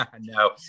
No